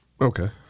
Okay